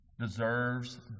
Deserves